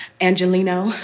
Angelino